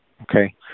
okay